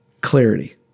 Clarity